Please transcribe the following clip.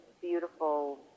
beautiful